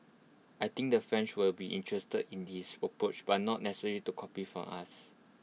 I think the French will be interested in this approach but not necessarily to copy from us